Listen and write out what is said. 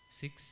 Six